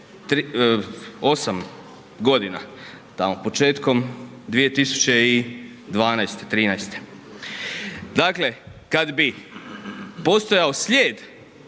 8 godina, tamo početkom 2012., 2013.. Dakle, kad bi postojao slijed